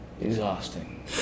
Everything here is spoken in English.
exhausting